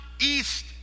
east